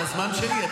זה הזמן שלי.